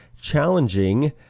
challenging